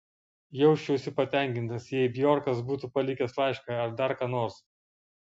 jausčiausi patenkintas jei bjorkas būtų palikęs laišką ar dar ką nors